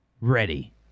ready